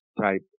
type